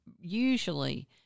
usually